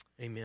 Amen